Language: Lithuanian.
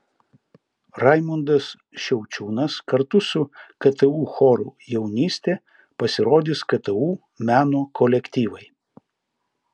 raimundas šiaučiūnas kartu su ktu choru jaunystė pasirodys ktu meno kolektyvai